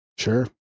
Sure